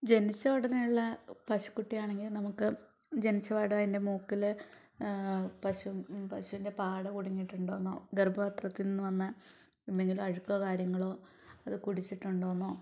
ജനിച്ച ഉടനെയുള്ള പശുകുട്ടിയാണെങ്കി നമുക്ക് ജനിച്ചപാടെ അതിൻ്റെ മൂക്കില് പശുവിൻ്റെ പാട കുടിങ്ങിട്ടുണ്ടോന്നൊ ഗർഭപാത്രത്തീന്ന് വന്ന എന്തെങ്കിലും അഴുക്കോ കാര്യങ്ങളൊ അത് കുടിച്ചിട്ടുണ്ടോന്നോ